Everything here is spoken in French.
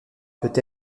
peut